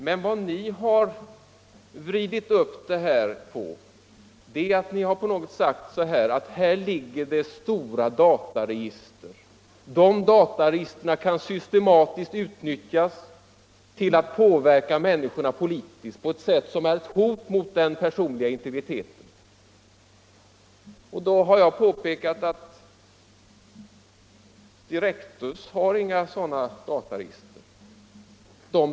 Men vad ni har hängt upp denna fråga på är, att ni har sagt att här finns det stora dataregister som systematiskt kan utnyttjas för att påverka människorna politiskt på ett sätt som innebär ett hot mot den personliga integriteten. Och då har jag påpekat att Direktus inte har några sådana dataregister.